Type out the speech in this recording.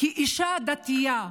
כאישה דתייה,